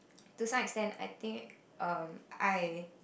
to some extent I think um I